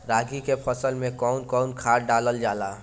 रागी के फसल मे कउन कउन खाद डालल जाला?